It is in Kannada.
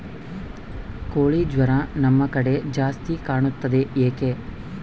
ಕೋಳಿ ಜ್ವರ ನಮ್ಮ ಕಡೆ ಜಾಸ್ತಿ ಕಾಣುತ್ತದೆ ಏಕೆ?